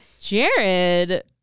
Jared